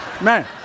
man